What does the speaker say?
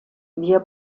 wir